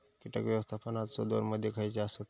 कीटक व्यवस्थापनाचे दोन मुद्दे खयचे आसत?